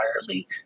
entirely